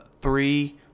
three